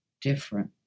different